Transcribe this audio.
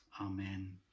amen